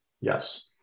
Yes